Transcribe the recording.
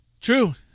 true